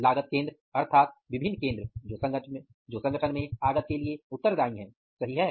लागत केंद्र अर्थात विभिन्न केंद्र जो संगठन में आगत के लिए उत्तरदायी हैं सही है